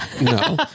no